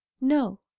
no